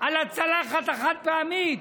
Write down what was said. על הצלחת החד-פעמית.